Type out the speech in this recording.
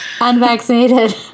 unvaccinated